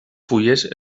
fulles